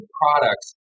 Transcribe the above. products